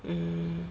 mm